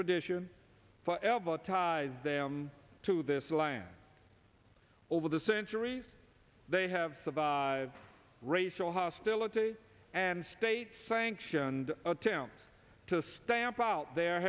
tradition forever ties them to this land over the centuries they have survived racial hostility and state sanctioned attempt to stamp out their